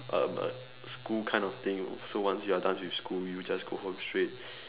a a school kind of thing so once you're done with school you just go home straight